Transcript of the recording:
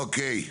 אוקיי.